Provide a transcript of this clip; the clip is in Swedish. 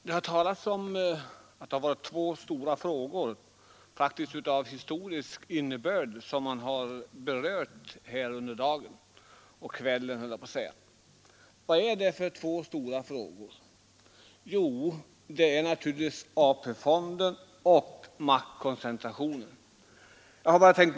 Herr talman! Det är två stora frågor av historisk innebörd som har berörts här under dagen och kvällen: AP-fonden och maktkoncentrationen.